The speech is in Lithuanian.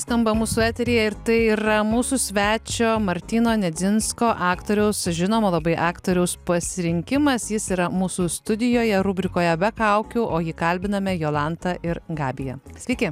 skamba mūsų eteryje ir tai yra mūsų svečio martyno nedzinsko aktoriaus žinomo labai aktoriaus pasirinkimas jis yra mūsų studijoje rubrikoje be kaukių o jį kalbiname jolanta ir gabija sveiki